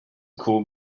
called